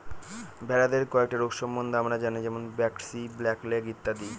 ভেড়াদের কয়েকটা রোগ সম্বন্ধে আমরা জানি যেমন ব্র্যাক্সি, ব্ল্যাক লেগ ইত্যাদি